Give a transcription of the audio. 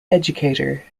educator